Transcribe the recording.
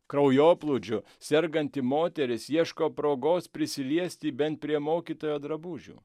kraujoplūdžiu serganti moteris ieško progos prisiliesti bent prie mokytojo drabužių